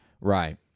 Right